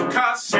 Cause